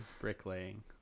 bricklaying